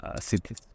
Cities